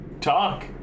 talk